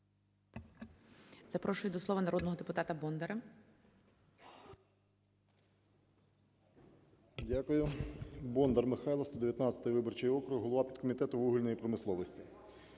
Запрошую до слова народного депутата Бондаря. 12:54:56 БОНДАР М.Л. Дякую. Бондар Михайло, 119 виборчий округ, голова підкомітету вугільної промисловості.